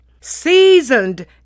Seasoned